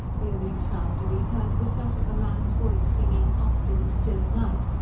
the only sound to be heard was that of a man's voice singing oft in the stilly night,